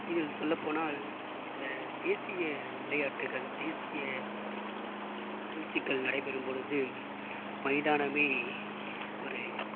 இதில் சொல்ல போனால் இந்த தேசிய விளையாட்டுக்கள் தேசிய நிகழ்ச்சிகள் நடைபெறும் பொழுது மைதானமே ஒரு